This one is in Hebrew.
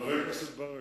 חבר הכנסת ברכה,